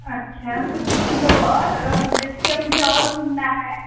अच्छा तो और जैसे कि अब मुझे और घूमना है